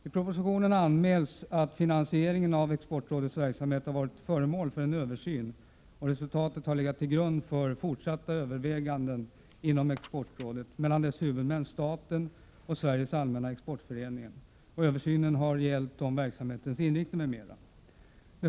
I propositionen anmäls att finansieringen av exportrådets verksamhet har varit föremål för en översyn, vars resultat har legat till grund för fortsatta överväganden inom exportrådet och mellan dess huvudmän — staten och Sveriges allmänna exportförening. Översynen har gällt verksamhetens inriktning m.m.